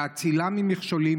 להצילם ממכשולים,